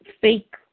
fake